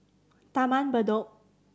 Taman Bedok